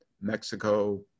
Mexico